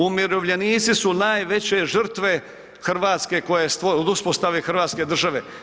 Umirovljenici su najveće žrtve Hrvatske koja je, od uspostave hrvatske države.